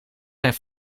zijn